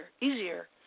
easier